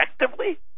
effectively